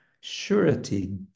surety